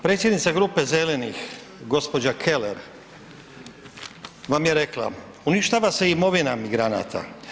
Predsjednica grupe Zelenih gđa. Keller vam je rekla, uništava se imovina migranata.